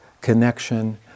connection